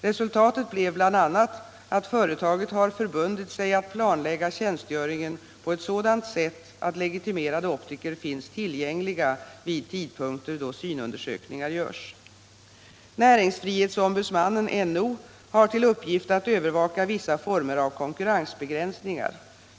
Resultatet blev bl.a. att företaget har förbundit sig att planlägga tjänstgöringen på ett sådant sätt att legitimerade optiker finns tillgängliga vid tidpunkter då synundersökningar görs. Näringsfrihetsombudsmannen har till uppgift att övervaka vissa former av konkurrensbegränsningar.